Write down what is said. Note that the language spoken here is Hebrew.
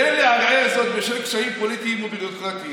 אין לערער זאת בשל קשיים פוליטיים וביורוקרטיים